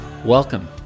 Welcome